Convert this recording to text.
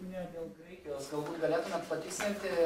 minėjot dėl graikijos galbūt galėtumėt patikslinti